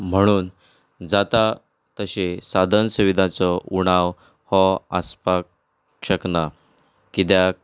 म्हणून जाता तशें साधन सुविदाचो उणाव हो आसपाक शकना किद्याक